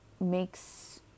makes